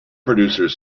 producers